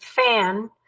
fan